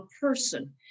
person